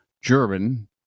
German